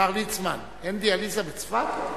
השר ליצמן, אין דיאליזה בצפת?